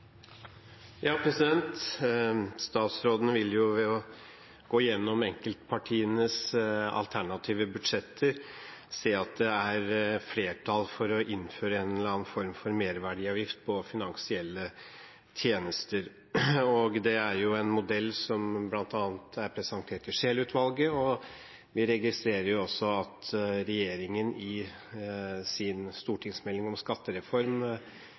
flertall for å innføre en eller annen form for merverdiavgift på finansielle tjenester. Det er en modell som bl.a. er presentert av Scheel-utvalget, og vi registrerer også at regjeringen i sin stortingsmelding om skattereform